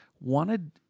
wanted